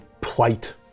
plight